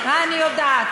אני יודעת.